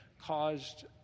caused